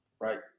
Right